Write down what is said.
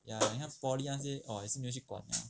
ya it's not poly 那些 orh 也是没有去管 liao